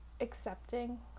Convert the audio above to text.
accepting